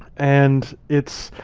and it's,